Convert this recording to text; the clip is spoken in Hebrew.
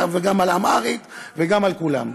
וגם על דוברי אמהרית וגם על כולם.